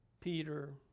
Peter